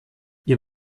ihr